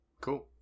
Cool